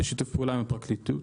בשיתוף פעולה עם הפרקליטות,